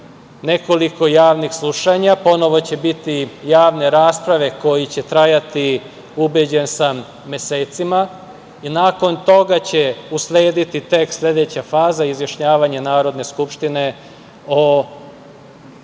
nekoliko javnih slušanja, ponovo će biti javne rasprave koje će trajati, ubeđen sam mesecima i nakon toga će uslediti tek sledeća faza izjašnjavanje Narodne skupštine o